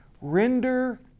Render